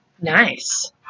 Nice